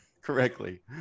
correctly